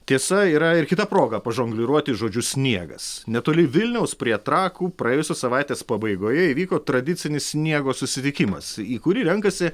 tiesa yra ir kita proga pažongliruoti žodžiu sniegas netoli vilniaus prie trakų praėjusios savaitės pabaigoje įvyko tradicinis sniego susitikimas į kurį renkasi